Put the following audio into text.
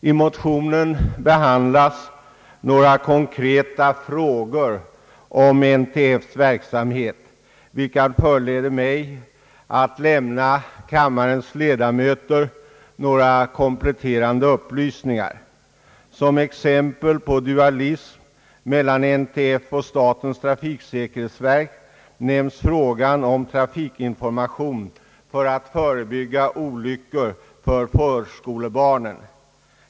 I motionen behandlas några konkreta frågor om NTF:s verksamhet, vilket föranleder mig att lämna kammarens ledamöter några kompletterande upplysningar. Som exempel på dualism mellan NTF och statens trafiksäkerhetsverk nämns frågan om trafikinformation för att förebygga olyckor bland förskolebarnen.